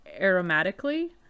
aromatically